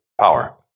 power